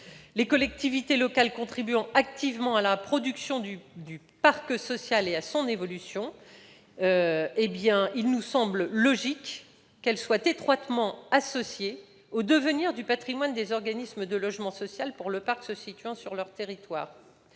les collectivités locales. Celles-ci contribuant activement à la production du parc social et à son évolution, il nous semble logique qu'elles soient étroitement associées au devenir du patrimoine des organismes de logement social pour le parc se situant sur leur territoire.